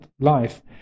life